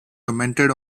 commented